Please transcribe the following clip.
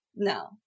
No